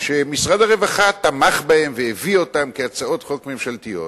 שמשרד הרווחה תמך בהם והביא אותם כהצעות חוק ממשלתיות,